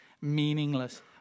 Meaningless